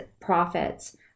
profits